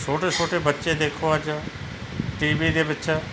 ਛੋਟੇ ਛੋਟੇ ਬੱਚੇ ਦੇਖੋ ਅੱਜ ਟੀਵੀ ਦੇ ਵਿੱਚ